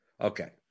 Okay